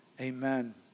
Amen